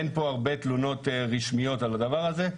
אין הרבה תלונות רשמיות על הדבר הזה.